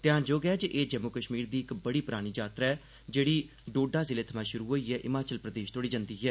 ध्यानजोग ऐ जे एह् जम्मू कश्मीर दी इक बड़ी परानी यात्रा ऐ जेहड़े डोडा जिले थमां शुरु होइयै हिमाचल प्रदेश जंदी ऐ